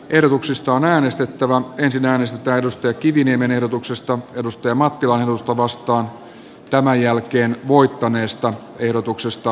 hallitus on vaarantamassa kuntien talouden asukkaiden tarvitsemat hyvinvointipalvelut ja niiden saavutettavuuden sekä kansalaisten osallistumis ja vaikuttamismahdollisuudet